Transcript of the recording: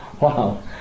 Wow